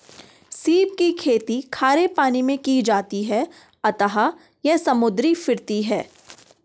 सीप की खेती खारे पानी मैं की जाती है अतः यह समुद्री फिरती है